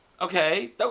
Okay